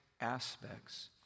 aspects